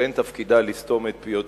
ואין תפקידה לסתום את פיותיהם,